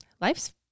life's